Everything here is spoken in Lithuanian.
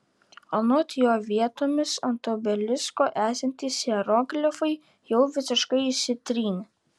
anot jo vietomis ant obelisko esantys hieroglifai jau visiškai išsitrynė